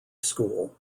school